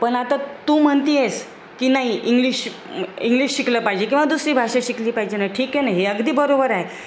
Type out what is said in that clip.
पण आता तू म्हणते आहेस की नाही इंग्लिश इंग्लिश शिकलं पाहिजे किंवा दुसरी भाषा शिकली पाहिजे ना ठीक आहे ना हे अगदी बरोबर आहे